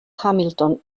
hamilton